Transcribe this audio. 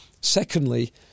Secondly